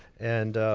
and